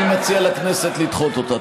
אני מציע לכנסת לדחות אותה.